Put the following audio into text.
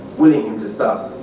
willing him to stop.